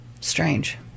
strange